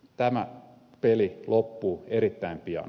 tämä peli loppuu erittäin pian